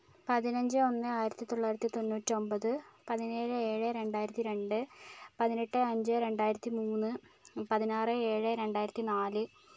പതിനഞ്ച് ഒന്ന് ആയിരത്തി തൊള്ളായിരത്തി തൊണ്ണൂറ്റി ഒൻപത് പതിനേഴ് ഏഴ് രണ്ടായിരത്തി രണ്ട് പതിനെട്ട് അഞ്ച് രണ്ടായിരത്തി മൂന്ന് പതിനാറ് ഏഴ് രണ്ടായിരത്തി നാല്